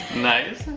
nice.